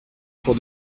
pour